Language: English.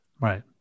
Right